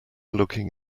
looking